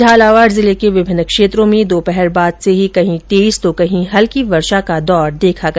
झालावाड़ जिले के विभिन्न क्षेत्रों में दोपहर बाद से ही कहीं तेज तो कहीं हल्की वर्षा का दौर देखा गया